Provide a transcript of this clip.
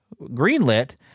greenlit